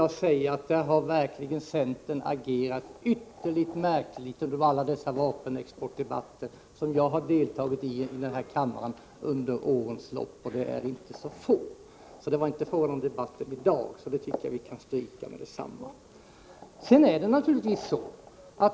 Jag må säga att centern verkligen har agerat ytterligt märkligt i alla de vapenexportdebatter som jag i denna kammare har deltagit i under årens lopp.